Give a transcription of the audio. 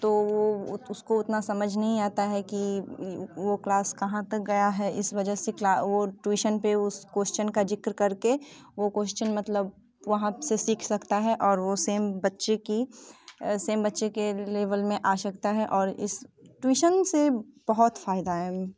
तो वो उसको उतना समझ नहीं आता है कि वो क्लास कहाँ तक गया है इस वजह से वो ट्यूशन पे उस क्वोश्चन का जिक्र करके वो क्वोश्चन मतलब वहाँ से सीख सकता है और वो सेम बच्चे की सेम बच्चे के लेबल में आ सकता है और इस ट्यूशन से बहुत फायदा है